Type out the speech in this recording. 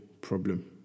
problem